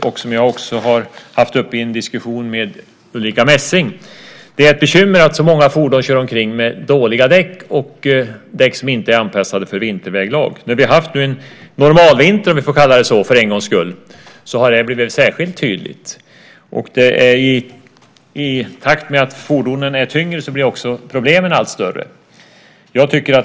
Jag har också haft den frågan uppe i en diskussion med Ulrica Messing. Det är ett bekymmer att så många fordon kör omkring med dåliga däck och däck som inte är anpassade för vinterväglag. När vi nu för en gångs skull haft en normalvinter, om vi får kalla det så, har det blivit särskilt tydligt. I takt med att fordonen är tyngre blir också problemen allt större.